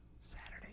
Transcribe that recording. Saturday